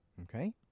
okay